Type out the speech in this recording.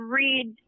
read